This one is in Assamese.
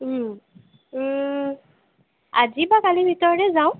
আজি বা কালিৰ ভিতৰতে যাওঁ